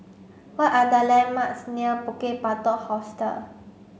what are the landmarks near Bukit Batok Hostel